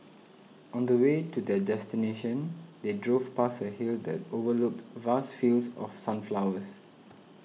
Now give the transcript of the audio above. on the way to their destination they drove past a hill that overlooked vast fields of sunflowers